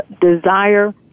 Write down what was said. desire